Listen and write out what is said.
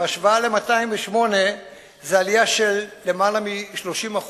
בהשוואה ל-2008 זו עלייה של למעלה מ-30%,